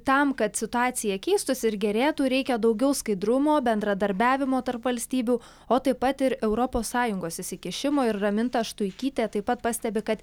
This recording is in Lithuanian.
tam kad situacija keistųsi ir gerėtų reikia daugiau skaidrumo bendradarbiavimo tarp valstybių o taip pat ir europos sąjungos įsikišimo ir raminta štuikytė taip pat pastebi kad